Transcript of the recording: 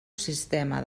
sistema